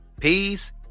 Peace